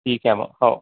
ठीक आहे मग हो